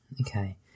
okay